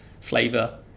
flavor